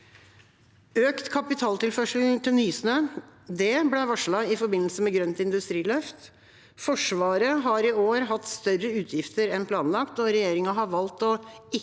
Økt kapitaltilførsel til Nysnø ble varslet i forbindelse med Grønt industriløft. Forsvaret har i år hatt større utgifter enn planlagt. Regjeringa har valgt å ikke